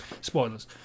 Spoilers